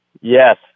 Yes